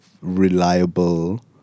reliable